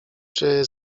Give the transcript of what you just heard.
czy